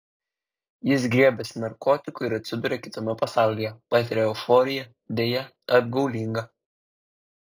jis griebiasi narkotikų ir atsiduria kitame pasaulyje patiria euforiją deja apgaulingą